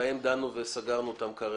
בהם דנו וסגרנו אותם כרגע.